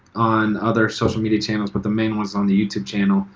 on other social media channels but the main one's on the youtube channel.